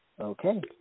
Okay